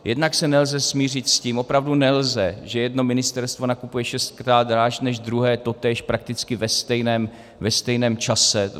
Jednak se nelze smířit s tím, opravdu nelze, že jedno ministerstvo nakupuje šestkrát dráž než druhé totéž prakticky ve stejném čase.